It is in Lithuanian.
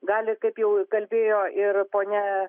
gali kaip jau kalbėjo ir ponia